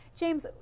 james,